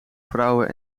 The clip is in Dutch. vrouwen